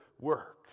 work